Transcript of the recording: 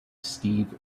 steve